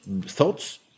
thoughts